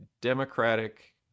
Democratic